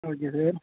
okay sir